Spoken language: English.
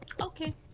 okay